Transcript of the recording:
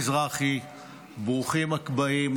איתנו.